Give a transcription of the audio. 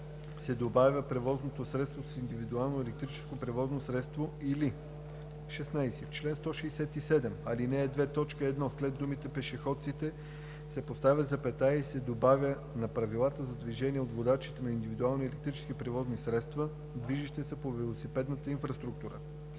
В чл. 167, ал. 2, т. 1 след думата „пешеходците“ се поставя запетая и се добавя „на правилата за движение от водачите на индивидуални електрически превозни средства, движещи се по велосипедна инфраструктура“.